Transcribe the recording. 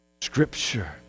Scripture